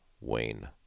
Wayne